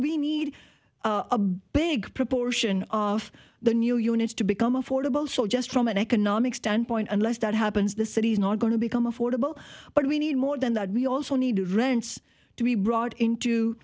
we need a big proportion of the new units to become affordable so just from an economic standpoint unless that happens the cities are going to become affordable but we need more than that we also need rents to be brought into